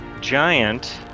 giant